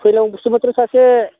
फैलाव बसुमतारिया सासे